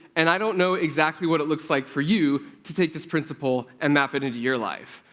and i don't know exactly what it looks like for you to take this principle and map it into your life.